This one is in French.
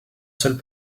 seul